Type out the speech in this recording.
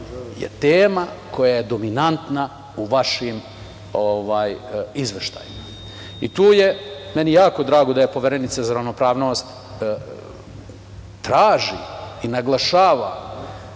je tema koja je dominantna u vašim izveštajima. Meni je jako drago da Poverenica za ravnopravnost traži, naglašava